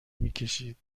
میکشید